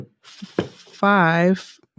five